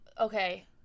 okay